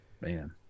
Man